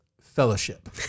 fellowship